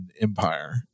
Empire